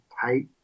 tight